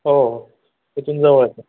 हो तिथून जवळच आहे